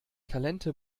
talente